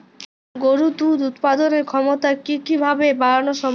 গরুর দুধ উৎপাদনের ক্ষমতা কি কি ভাবে বাড়ানো সম্ভব?